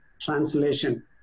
translation